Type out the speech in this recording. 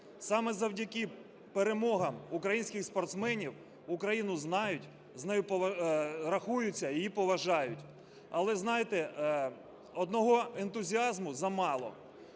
Саме завдяки перемогам українських спортсменів Україну знають, з нею рахуються, її поважають. Але, знаєте, одного ентузіазму замало.